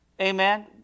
Amen